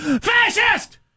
Fascist